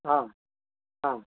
आम् आम्